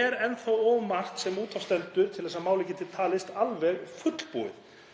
er enn þá of margt sem út af stendur til að málið geti talist alveg fullbúið.